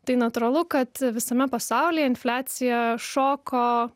tai natūralu kad visame pasaulyje infliacija šoko